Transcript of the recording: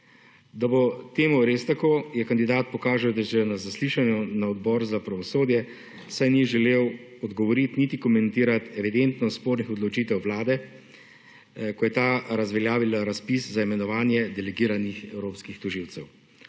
Da bo temu res tako je kandidat pokazal že na zaslišanju na Odboru za pravosodje, saj ni želel odgovoriti niti komentirati evidentno o spornih odločitvah vlade, ko je ta razveljavila razpis za imenovanje delegiranih evropskih tožilcev.